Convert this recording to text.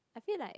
I feel like